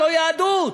לא יהדות.